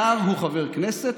שר הוא חבר כנסת,